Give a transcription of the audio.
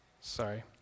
Sorry